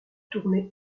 tourné